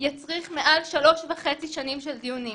יצריך מעל שלוש שנים וחצי של דיונים.